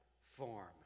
form